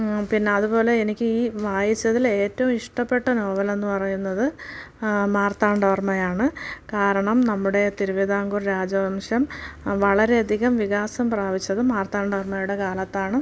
പിന്നെ അതുപോലെ എനിക്ക് ഈ വായിച്ചതിൽ ഏറ്റവും ഇഷ്ടപ്പെട്ട നോവലെന്ന് പറയുന്നത് മാർത്താണ്ഡ വർമ്മയാണ് കാരണം നമ്മുടെ തിരുവിതാംകൂർ രാജവംശം വളരെയധികം വികാസം പ്രാപിച്ചതും മാർത്താണ്ഡ വർമ്മയുടെ കാലത്താണ്